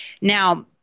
now